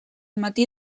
matí